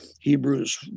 Hebrews